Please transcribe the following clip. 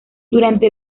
durante